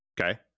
Okay